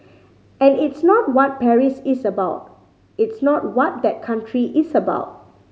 and it's not what Paris is about it's not what that country is about